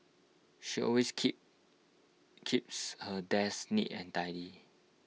she always keep keeps her desk neat and tidy